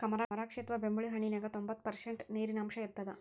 ಕಮರಾಕ್ಷಿ ಅಥವಾ ಬೆಂಬುಳಿ ಹಣ್ಣಿನ್ಯಾಗ ತೋಭಂತ್ತು ಪರ್ಷಂಟ್ ನೇರಿನಾಂಶ ಇರತ್ತದ